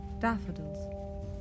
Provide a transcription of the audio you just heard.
Daffodils